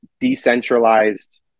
decentralized